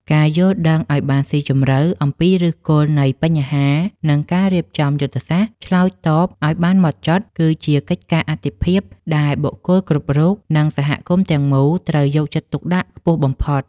ការយល់ដឹងឱ្យបានស៊ីជម្រៅអំពីឫសគល់នៃបញ្ហា និងការរៀបចំយុទ្ធសាស្ត្រឆ្លើយតបឱ្យបានហ្មត់ចត់ គឺជាកិច្ចការអាទិភាពដែលបុគ្គលគ្រប់រូប និងសហគមន៍ទាំងមូលត្រូវយកចិត្តទុកដាក់ខ្ពស់បំផុត។